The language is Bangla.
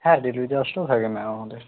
হ্যাঁ ডেলিভারি থাকে ম্যাম আমাদের